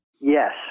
Yes